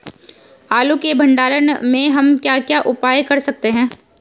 आलू के भंडारण में हम क्या क्या उपाय कर सकते हैं?